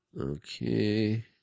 Okay